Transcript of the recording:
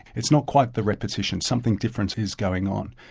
it's not quite the repetition, something different is going on,